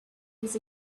was